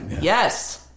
yes